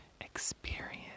experience